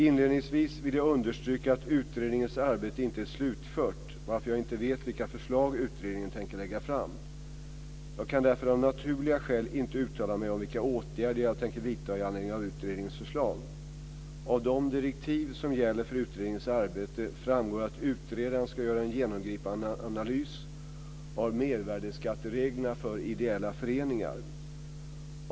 Inledningsvis vill jag understryka att utredningens arbete inte är slutfört varför jag inte vet vilka förslag utredningen tänker lägga fram. Jag kan därför av naturliga skäl inte uttala mig om vilka åtgärder jag tänker vidta i anledning av utredningens förslag. Av de direktiv som gäller för utredningens arbete framgår att utredaren ska göra en genomgripande analys av mervärdesskattereglerna för ideella föreningar.